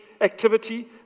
activity